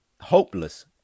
hopeless